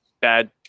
bad